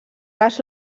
gas